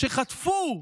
שחטפו,